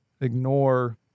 ignore